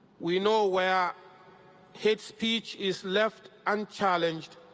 we know where hate speech is left unchallenged,